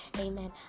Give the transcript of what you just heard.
Amen